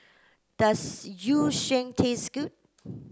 does Yu Sheng taste good